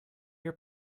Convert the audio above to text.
your